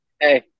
hey